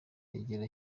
yagera